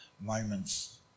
moments